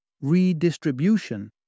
Redistribution